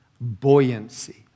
buoyancy